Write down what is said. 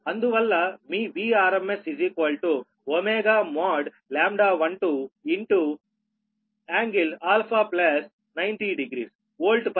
అందువల్ల మీ Vrms ω |λ12 | ∟α900 volt per kilometre